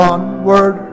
Onward